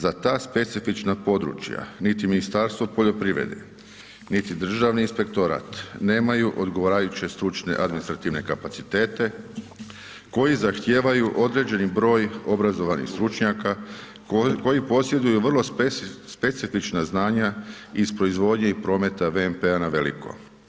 Za ta specifična područja, niti Ministarstvo poljoprivrede, niti Državni inspektorat, nemaju odgovarajuće stručne administrativne kapacitete koji zahtijevaju određeni broj obrazovanih stručnjaka koji posjeduju vrlo specifična znanja iz proizvodnje i prometa VMP-a na veliko.